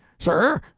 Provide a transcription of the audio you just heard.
sir,